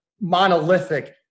monolithic